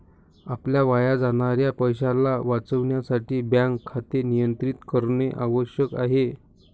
आपल्या वाया जाणाऱ्या पैशाला वाचविण्यासाठी बँक खाते नियंत्रित करणे आवश्यक आहे